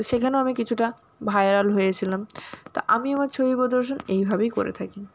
সেখানেও আমি কিছুটা ভাইরাল হয়েছিলাম তো আমি আমার ছবি প্রদর্শন এইভাবেই করে থাকি